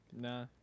nah